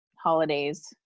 holidays